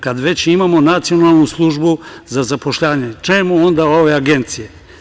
Kad već imamo Nacionalnu službu za zapošljavanje, čemu onda ove agencije?